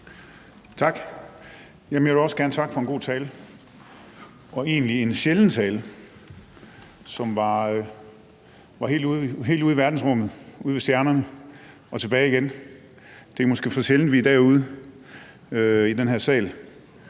Tak. Jeg vil også gerne takke for en god tale og egentlig en sjælden tale, som var helt ude i verdensrummet, ude ved stjernerne, og tilbage igen. Det er måske for sjældent, at vi er derude i den her sal.